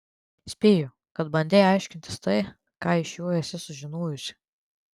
spėju kad bandei aiškintis tai ką iš jo esi sužinojusi